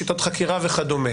שיטות חקירה וכדומה.